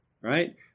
right